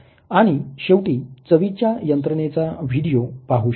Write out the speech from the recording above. आणि शेवटी चवीच्या यंत्रणेचा व्हिडीओ पाहू शकता